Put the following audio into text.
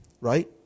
Right